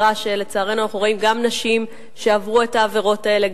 לצערנו אנחנו רואים גם נשים שעברו את העבירות האלה,